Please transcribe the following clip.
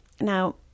now